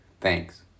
Thanks